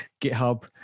GitHub